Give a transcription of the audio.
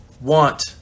want